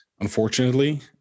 unfortunately